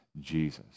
Jesus